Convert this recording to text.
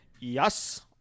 Yes